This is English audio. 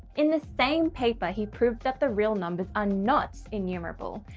in the same paper he proved that the real numbers are not enumerable,